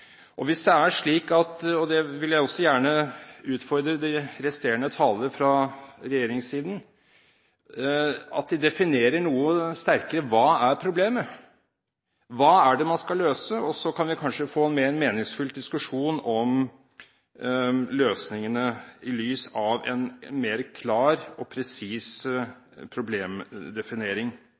vil gjerne også utfordre de resterende talere fra regjeringssiden til å definere noe sterkere: Hva er problemet? Hva er det man skal løse? Så kan vi kanskje få en mer meningsfylt diskusjon om løsningene i lys av en mer klar og presis problemdefinering.